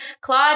Claude